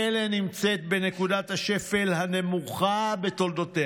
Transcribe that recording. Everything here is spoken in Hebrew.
ישראל נמצאת בנקודת השפל הנמוכה בתולדותיה,